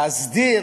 להסדיר